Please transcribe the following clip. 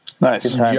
Nice